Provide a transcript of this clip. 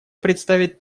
представит